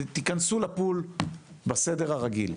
"תיכנסו לפול בסדר הרגיל".